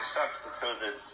substituted